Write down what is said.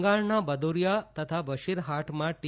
બંગાળના બદ્દરીયા તથા બશીરહાટમાં ટી